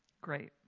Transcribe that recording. Great